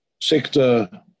sector